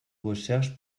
recherche